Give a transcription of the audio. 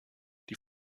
die